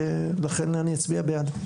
ולכן אני אצביע בעד.